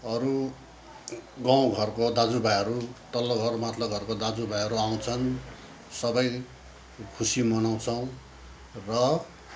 अरू गाउँघरको दाजुभाइहरू तल्लो घर माथ्लो घरको दाजुभाइहरू आउँछन् सबै खुसी मनाउँछौँ र